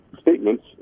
statements